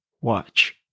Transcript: Watch